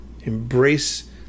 Embrace